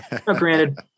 Granted